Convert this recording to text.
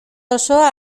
osoa